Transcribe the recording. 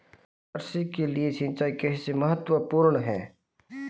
कृषि के लिए सिंचाई कैसे महत्वपूर्ण है?